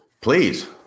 please